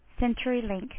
CenturyLink